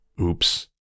Oops